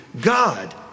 God